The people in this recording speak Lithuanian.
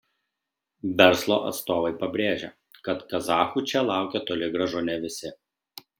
verslo atstovai pabrėžia kad kazachų čia laukia toli gražu ne visi